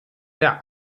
der